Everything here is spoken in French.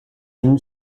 une